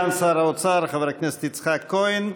תודה לסגן שר האוצר חבר הכנסת יצחק כהן.